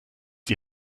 die